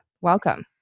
Welcome